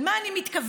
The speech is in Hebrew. למה אני מתכוונת?